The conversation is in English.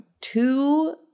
two